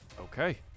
okay